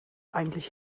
eigentlich